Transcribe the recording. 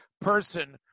person